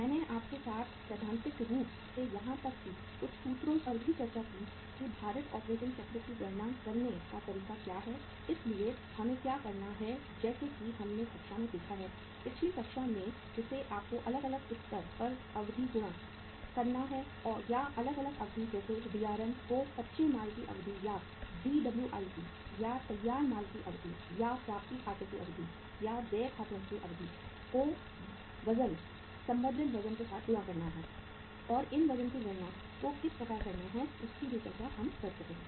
मैंने आपके साथ सैद्धांतिक रूप से यहां तक कि कुछ सूत्रों पर भी चर्चा की कि भारित ऑपरेटिंग चक्र की गणना करने का तरीका क्या है इसलिए हमें क्या करना है जैसा कि हमने कक्षा में देखा है पिछली कक्षा में जिसे आपको अलग अलग स्तर पर अवधि गुणा करना है या अलग अलग अवधि जैसे DRM जो कच्चे माल की अवधि या DWIP या तैयार माल की अवधि या प्राप्ति खातों की अवधि या देय खातों की अवधि को वजन संबंधित वजन के साथ गुणा करना है और इन वजन की गणना को किस प्रकार करना है उसकी भी चर्चा हम कर चुके हैं